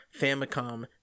Famicom